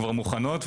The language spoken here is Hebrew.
מוכנות,